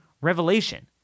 revelation